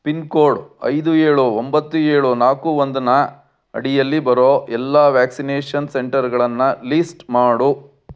pin code ಐದು ಏಳು ಒಂಬತ್ತು ಏಳು ನಾಲ್ಕು ಒಂದು ನ ಅಡಿಯಲ್ಲಿ ಬರೋ ಎಲ್ಲ ವ್ಯಾಕ್ಸಿನೇಷನ್ ಸೆಂಟರ್ಗಳನ್ನು ಲೀಸ್ಟ್ ಮಾಡು